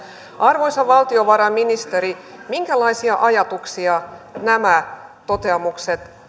arvoisa valtiovarainministeri minkälaisia ajatuksia nämä toteamukset